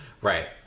right